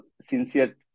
sincere